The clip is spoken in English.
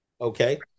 okay